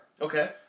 Okay